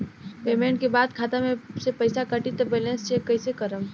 Payment के बाद खाता मे से पैसा कटी त बैलेंस कैसे चेक करेम?